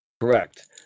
correct